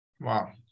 wow